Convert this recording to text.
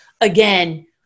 again